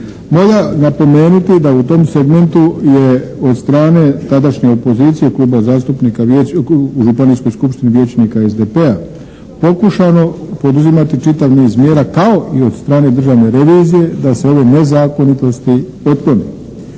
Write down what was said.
Valja napomenuti da u tom segmentu je od strane tadašnje opozicije Kluba zastupnika u županijskoj skupštini vijećnika SDP-a, pokušano poduzimati čitav niz mjera kao i od strane državne revizije da se ove nezakonitosti otklone,